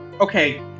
Okay